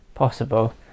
Possible